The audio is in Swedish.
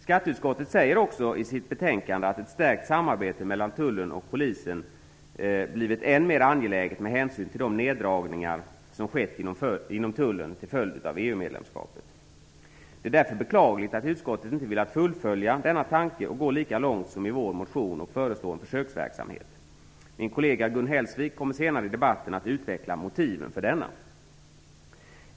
Skatteutskottet säger också i sitt betänkande att ett stärkt samarbete mellan tullen och polisen blivit än mer angeläget med hänsyn till de neddragningar som har skett inom tullen till följd av medlemskapet i EU. Det är därför beklagligt att utskottet inte velat fullfölja denna tanke och gå lika långt som i vår motion och föreslå en försöksverksamhet. Min kollega, Gun Hellsvik, kommer senare i debatten att utveckla motiven för denna.